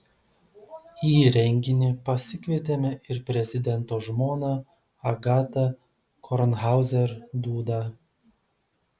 į renginį pasikvietėme ir prezidento žmoną agatą kornhauzer dudą